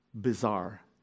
bizarre